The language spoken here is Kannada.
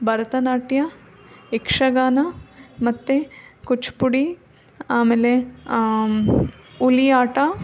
ಭರತನಾಟ್ಯ ಯಕ್ಷಗಾನ ಮತ್ತು ಕೂಚಿಪುಡಿ ಆಮೇಲೆ ಹುಲಿ ಆಟ